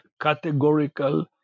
categorical